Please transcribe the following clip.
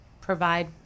provide